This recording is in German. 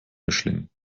mischling